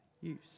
use